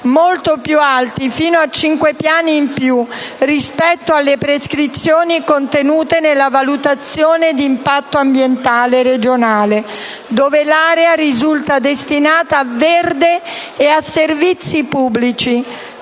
molto più alti, fino a 5 piani in più, rispetto alle prescrizioni contenute nella valutazione d'impatto ambientale regionale, dove l'area risulta destinata a verde e servizi pubblici.